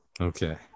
Okay